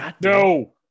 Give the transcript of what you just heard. No